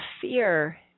fear